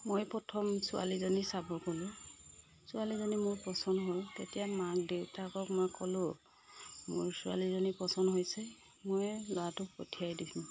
মই প্ৰথম ছোৱালীজনী চাব গলোঁ ছোৱালীজনী মোৰ পচন্দ হ'ল তেতিয়া মাক দেউতাকক মই ক'লোঁ মোৰ ছোৱালীজনী পচন্দ হৈছে মই ল'ৰাটোক পঠিয়াই দিম